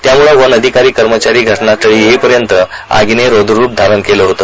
त्यामुळे वन अधिकारी कर्मचारी घटनास्थळी येईपर्यंत आगीने रौद्र रुप धारण केले होते